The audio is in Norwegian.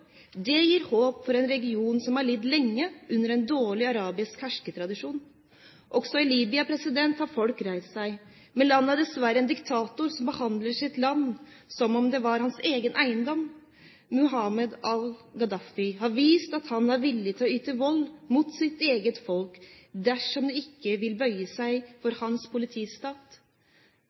Det gir håp for en region som har lidd lenge under en dårlig arabisk herskertradisjon. Også i Libya har folket reist seg, men landet har dessverre en diktator som behandler sitt land som om det var hans egen eiendom. Muammar al-Gaddafi har vist at han er villig til å bruke vold mot sitt eget folk dersom de ikke vil bøye seg for hans politistat.